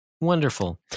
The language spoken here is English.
wonderful